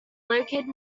located